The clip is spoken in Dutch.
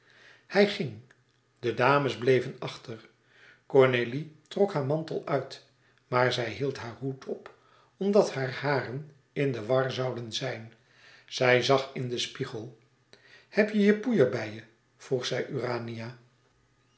hij ging de dames bleven achter cornélie trok haar mantel uit maar zij hield haar hoed op omdat hare haren in de war zouden zijn zij zag in den spiegel heb je je poeier bij je vroeg zij